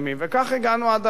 וכך הגענו עד הלום,